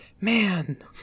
Man